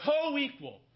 co-equal